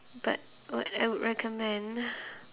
but what I would recommend